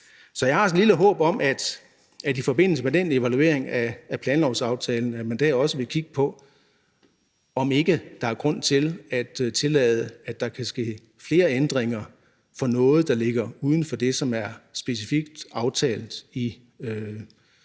Så jeg har sådan et lille håb om, at man i forbindelse med den evaluering af planlovsaftalen også vil kigge på, om ikke der er grund til at tillade, at der kan ske flere ændringer, hvad angår noget, der ligger uden for det, som er specifikt aftalt i